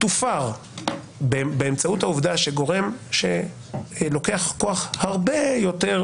תופר באמצעות העובדה שגורם לוקח כוח בלתי